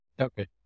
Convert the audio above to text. Okay